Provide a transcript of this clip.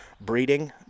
breeding